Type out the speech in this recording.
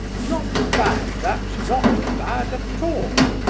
not bad that, not bad at all!